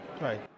Right